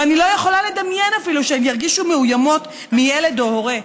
ואני לא יכולה לדמיין אפילו שהן ירגישו מאוימות מילד או מהורה,